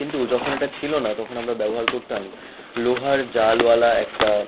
কিন্তু যখন এটা ছিল না তখন আমরা ব্যবহার করতাম লোহার জালওয়ালা একটা